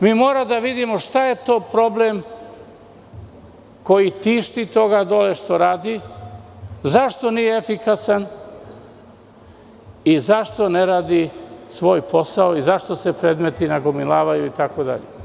Mi moramo da vidim šta je to problem koji tišti toga što radi, zašto nije efikasan i zašto ne radi svoj posao i zašto se predmeti nagomilavaju itd.